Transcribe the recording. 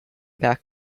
back